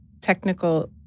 Technical